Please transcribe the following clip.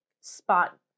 spot